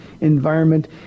environment